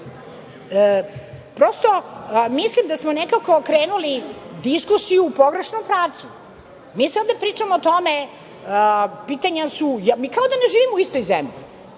kuće. Prosto, mislim da smo nekako krenuli diskusiju u pogrešnom pravcu, mi sada pričamo o tome, pitanja su, mi kao da ne živimo u istoj zemlji.